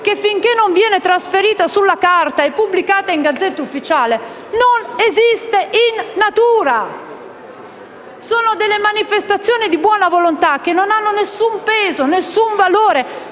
che, finché non viene trasferita sulla carta e pubblicata in Gazzetta Ufficiale, non esiste in natura. Sono delle manifestazioni di buona volontà, che non hanno nessun peso e nessun valore